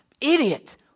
Idiot